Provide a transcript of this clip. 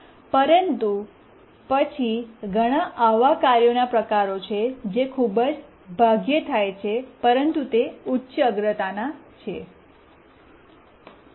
પરંતુ પછી ઘણા આવા કાર્યોના પ્રકારો જે ખૂબ જ ભાગ્યે જ થાય છે પરંતુ તે ઉચ્ચ અગ્રતાના છે